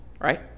right